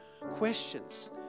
questions